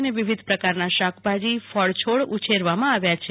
અને વિવિધ પ્રકારના શાંકભાજીફળછોડ ઉછેરવામાં આવ્યા છે